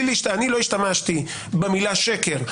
אני לא השתמשתי במילה שקר,